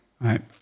Right